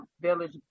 Village